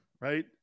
right